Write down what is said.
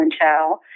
Chow